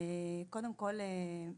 קודם כל,